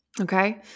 okay